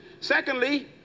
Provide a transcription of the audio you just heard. Secondly